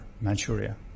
Manchuria